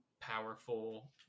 powerful